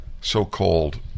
so-called